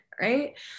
Right